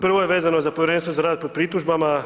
Prvo je vezano za Povjerenstvo za rad po pritužbama.